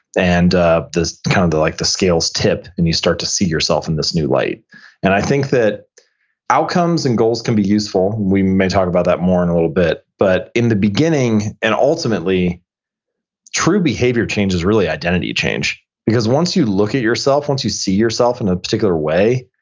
and ah it's kind of like the scale is tipped and you start to see yourself in this new light and i think that outcomes and goals can be useful. we might talk about that more in a little bit, but in the beginning, an ultimately true behavior change is really identity change. because once you look at yourself, once you see yourself in a particular way,